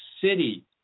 City